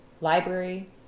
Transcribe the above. library